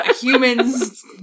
humans